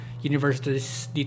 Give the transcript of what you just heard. universities